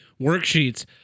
worksheets